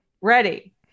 ready